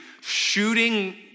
shooting